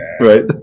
Right